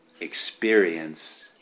experience